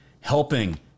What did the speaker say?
helping